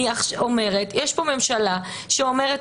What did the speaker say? יש פה ממשלה שאומרת